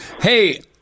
hey